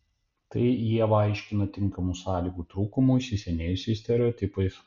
tai ieva aiškina tinkamų sąlygų trūkumu įsisenėjusiais stereotipais